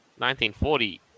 1940